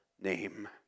name